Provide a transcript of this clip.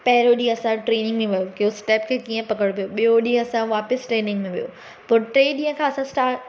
पहिरो ॾींहं असाजो ट्रेनिंग में वियो की उहो स्टेप खे कीअं पकिड़िबो ॿियो ॾींहुं असांजो वापसि ट्रेनिंग में वियो पोइ टे ॾींहं खां असां स्टा